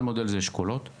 מודל אחד זה אשכולות,